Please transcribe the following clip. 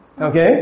Okay